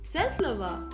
Self-love